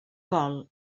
col